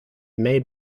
made